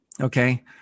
Okay